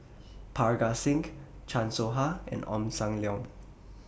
Parga Singh Chan Soh Ha and Ong SAM Leong